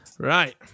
Right